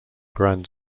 grand